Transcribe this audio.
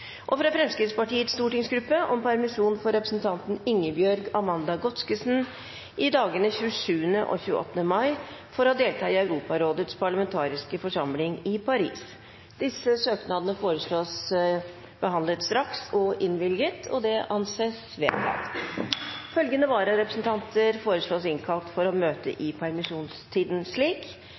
Japan fra Fremskrittspartiets stortingsgruppe om permisjon for representanten Ingebjørg Amanda Godskesen i dagene 27. og 28. mai for å delta i møte i Europarådets parlamentariske forsamling i Paris Etter forslag fra presidenten ble enstemmig besluttet: Søknadene behandles straks og innvilges. Følgende vararepresentanter innkalles for å møte